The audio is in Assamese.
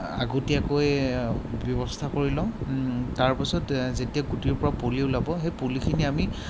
আগতীয়াকৈ ব্যৱস্থা কৰি লওঁ তাৰপাছত যেতিয়া গুটিৰপৰা পুলি ওলাব সেই পুলিখিনি আমি